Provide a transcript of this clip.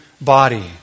body